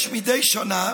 יש מדי שנה